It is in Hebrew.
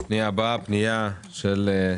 פנייה מספר 50,